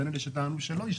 בין אלה שטענו שלא השתפר.